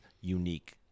unique